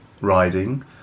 riding